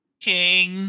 king